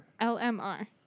LMR